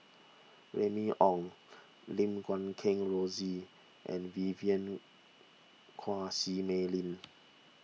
Remy Ong Lim Guat Kheng Rosie and Vivien Quahe Seah Mei Lin